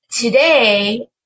today